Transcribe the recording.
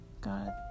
God